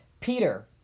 Peter